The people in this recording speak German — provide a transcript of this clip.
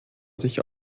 sich